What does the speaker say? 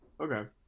Okay